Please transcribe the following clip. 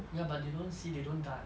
ya but they don't see they don't dance